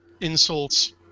insults